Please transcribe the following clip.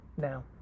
now